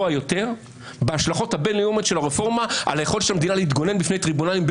הוא לא יכול לרצוח ולגנוב בגלל שהוא נבחר.